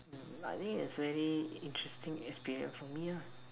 but I think its very interesting experience for me lah